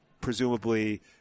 presumably